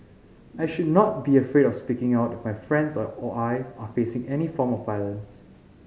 I should not be afraid of speaking out if my friends or I are facing any form of violence